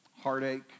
heartache